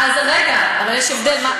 רגע, אבל יש הבדל.